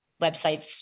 websites